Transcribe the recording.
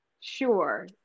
sure